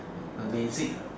the lasik